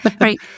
right